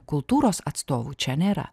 kultūros atstovų čia nėra